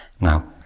Now